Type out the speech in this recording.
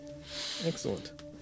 Excellent